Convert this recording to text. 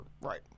Right